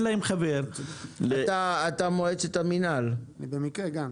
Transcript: אתה ממועצת רשות מקרקעי ישראל?